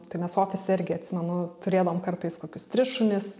tai mes ofise irgi atsimenu turėdavom kartais kokius tris šunis